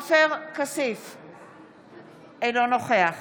אינו נוכח